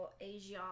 Asia